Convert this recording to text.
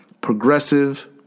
progressive